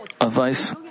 advice